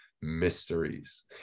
mysteries